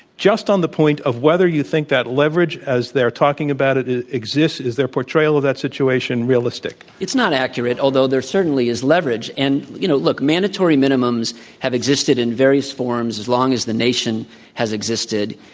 just on the point of whether you think that leverage, as they are talking about it exists, is their portrayal of that situation realistic? it's not accurate, although there certainly is leverage. and, you know, look, mandatory minimums have existed in various forms as long as the nation has existed.